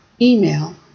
email